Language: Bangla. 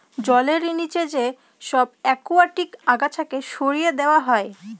জলের নিচে যে সব একুয়াটিক আগাছাকে সরিয়ে দেওয়া হয়